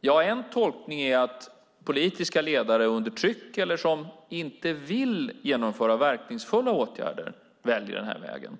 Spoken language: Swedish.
Ja, en tolkning är att politiska ledare under tryck eller som inte vill genomföra verkningsfulla åtgärder väljer den här vägen.